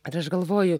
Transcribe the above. ir aš galvoju